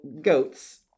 goats